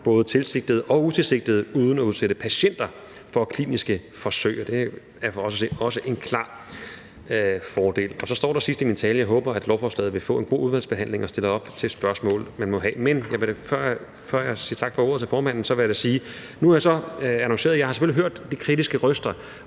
både tilsigtede og utilsigtede, uden at udsætte patienter for kliniske forsøg, og det er for os at se også en klar fordel. Kl. 13:29 Så står der sidst i min tale: Jeg håber, at lovforslaget vil få en god udvalgsbehandling, og at jeg stiller op til spørgsmål, man måtte have. Men før jeg siger tak til formanden for ordet, vil jeg da sige, som jeg har annonceret, at jeg selvfølgelig har hørt de kritiske røster